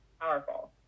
powerful